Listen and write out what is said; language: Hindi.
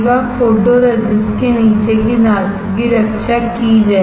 फोटोरेसिस्ट के नीचे की धातु की रक्षा की जाएगी